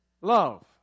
love